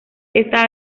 esta